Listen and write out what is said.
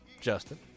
justin